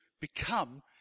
become